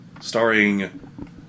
starring